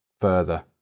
further